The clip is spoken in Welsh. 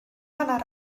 hanner